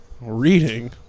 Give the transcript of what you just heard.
Reading